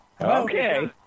Okay